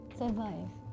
survive